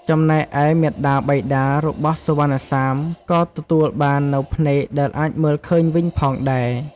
ចំណែកឯ មាតាបិតារបស់សុវណ្ណសាម ក៏ទទួបាននូវភ្នែកដែលអាចមើលឃើញវិញផងដែរ។